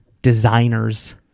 designers